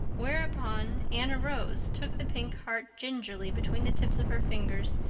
whereupon anne arose, took the pink heart gingerly between the tips of her fingers,